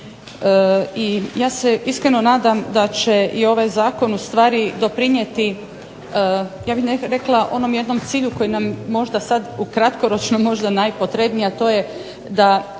i ja se iskreno nadam da će i ovaj zakon ustvari doprinijeti, ja bih rekla onom jednom cilju koji nam možda sad u kratkoročno možda najpotrebniji, a to je da